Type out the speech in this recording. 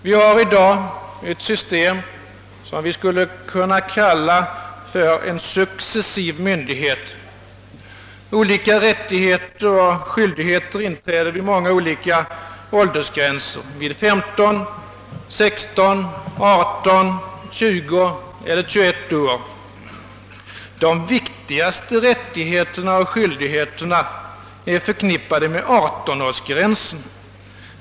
Vi har i dag ett system som vi skulle kunna kalla en »successiv» myndighet. Olika rättigheter och skyldigheter inträder vid många olika åldersgränser, vid 15, 16, 18, 20 eller 21 år. De viktigaste rättigheterna och skyldigheterna är förknippade med 18-årsgränsen.